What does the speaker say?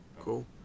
cool